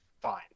fine